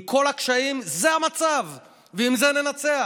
עם כל הקשיים, זה המצב ועם זה ננצח.